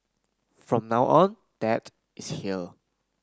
from now on dad is here